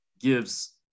gives